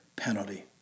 penalty